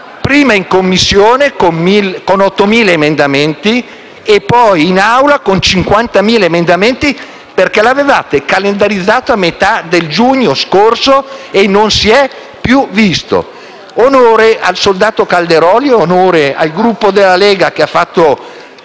prima in Commissione con 8.000 emendamenti e poi in Aula con 50.000 emendamenti, perché l'avevate calendarizzato a metà del giugno scorso e non si è più visto. Onore al soldato Calderoli; onore al Gruppo della Lega, che ha fatto